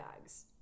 bags